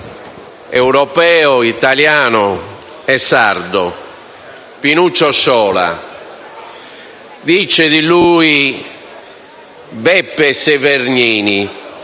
europeo, italiano e sardo, Pinuccio Sciola. Dice di lui Beppe Severgnini: